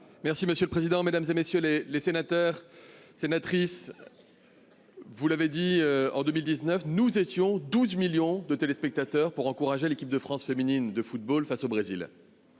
Merci monsieur le président, Mesdames, et messieurs les les sénateurs sénatrice. Vous l'avez dit, en 2019 nous étions 12 millions de téléspectateurs pour encourager l'équipe de France féminine de football face au Brésil.